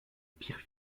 pires